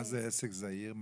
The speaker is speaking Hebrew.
מה זה עסק זעיר?